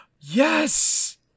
Yes